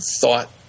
thought